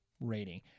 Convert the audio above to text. rating